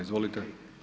Izvolite.